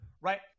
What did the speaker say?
right